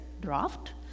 draft